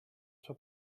sua